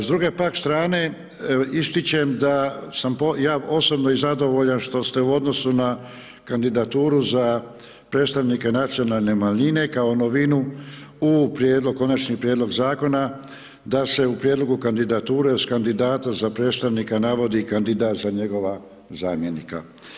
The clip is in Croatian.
S druge pak strane, ističem da sam ja osobno i zadovoljan što ste u odnosu na kandidaturu za predstavnike nacionalne manjine kao novinu u prijedlog, konačni prijedlog zakona, da se u prijedlogu kandidature, s kandidatom za predstavnika navodi kandidat za njegova zamjenika.